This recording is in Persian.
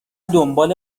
دنبال